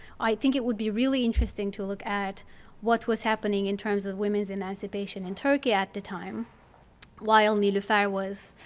i think it would be really interesting to look at what was happening in terms of women's emancipation in turkey at the time while niloufer was